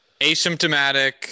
Asymptomatic